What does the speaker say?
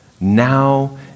Now